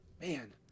man